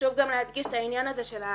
חשוב גם להדגיש את העניין הזה שלמחלקות